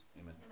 Amen